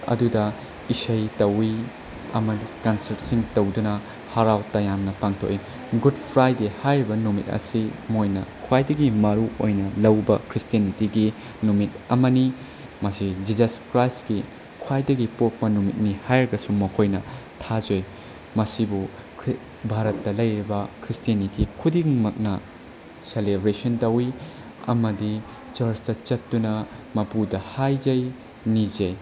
ꯑꯗꯨꯗ ꯏꯁꯩ ꯇꯧꯏ ꯑꯃꯗꯤ ꯀꯟꯁꯔꯠꯁꯤꯡ ꯇꯧꯗꯨꯅ ꯍꯔꯥꯎ ꯇꯌꯥꯝꯅ ꯄꯥꯡꯊꯣꯛꯏ ꯒꯨꯠ ꯐ꯭ꯔꯥꯏꯗꯦ ꯍꯥꯏꯔꯤꯕ ꯅꯨꯃꯤꯠ ꯑꯁꯤ ꯃꯣꯏꯅ ꯈ꯭ꯋꯥꯏꯗꯒꯤ ꯃꯔꯨꯑꯣꯏꯅ ꯂꯧꯕ ꯈ꯭ꯔꯤꯁꯇꯦꯅꯤꯇꯤꯒꯤ ꯅꯨꯃꯤꯠ ꯑꯃꯅꯤ ꯃꯁꯤ ꯖꯤꯖꯁ ꯈ꯭ꯔꯥꯏꯁꯀꯤ ꯈ꯭ꯋꯥꯏꯗꯒꯤ ꯄꯣꯛꯄ ꯅꯨꯃꯤꯠꯅꯤ ꯍꯥꯏꯔꯒꯁꯨ ꯃꯈꯣꯏꯅ ꯊꯥꯖꯩ ꯃꯁꯤꯕꯨ ꯚꯥꯔꯠꯇ ꯂꯩꯔꯤꯕ ꯈ꯭ꯔꯤꯁꯇꯦꯅꯤꯇꯤ ꯈꯨꯗꯤꯡꯃꯛꯅ ꯁꯦꯂꯦꯕ꯭ꯔꯦꯁꯟ ꯇꯧꯏ ꯑꯃꯗꯤ ꯆꯔꯁꯇ ꯆꯠꯇꯨꯅ ꯃꯄꯨꯗ ꯍꯥꯏꯖꯩ ꯅꯤꯖꯩ